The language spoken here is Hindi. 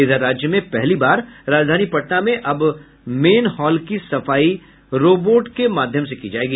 इधर राज्य में पहली बार राजधानी पटना में अब मेनहॉल की सफाई रोबोट के माध्यम से की जायेगी